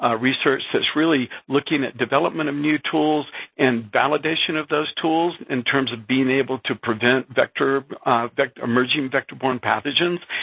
ah research that's really looking at development of new tools and validation of those tools in terms of being able to prevent vector-emerging vector-borne pathogens.